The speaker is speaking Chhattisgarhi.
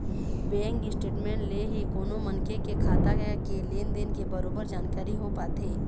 बेंक स्टेटमेंट ले ही कोनो मनखे के खाता के लेन देन के बरोबर जानकारी हो पाथे